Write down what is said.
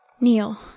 Neil